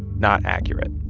not accurate.